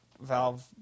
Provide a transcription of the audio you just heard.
Valve